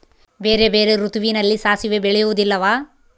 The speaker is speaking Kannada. ಬೇರೆ ಬೇರೆ ಋತುವಿನಲ್ಲಿ ಸಾಸಿವೆ ಬೆಳೆಯುವುದಿಲ್ಲವಾ?